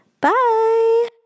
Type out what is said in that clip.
Bye